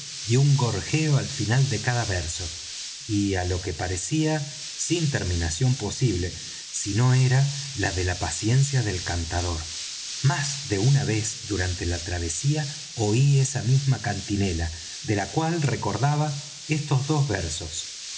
y un gorjeo al final de cada verso y á lo que parecía sin terminación posible sino era la de la paciencia del cantador más de una vez durante la travesía oí esa misma cantinela de la cual recordaba estos dos versos